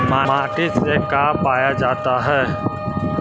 माटी से का पाया जाता है?